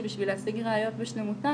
שבשביל להשיג ראיות בשלמותן,